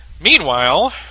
Meanwhile